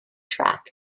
track